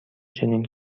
چنین